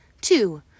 two